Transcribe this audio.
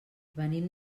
venim